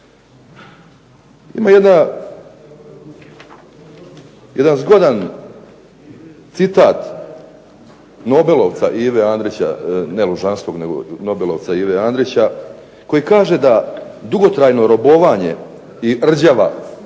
Ima jedan zgodan citat nobelovca Ive Andrića, ne Lužanskog nego nobelovca Ive Andrića koji kaže da dugotrajno robovanje i rđava